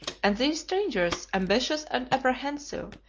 and these strangers, ambitious and apprehensive,